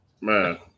man